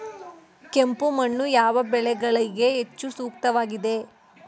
ಕೆಂಪು ಮಣ್ಣು ಯಾವ ಬೆಳೆಗಳಿಗೆ ಹೆಚ್ಚು ಸೂಕ್ತವಾಗಿದೆ?